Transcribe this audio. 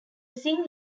sing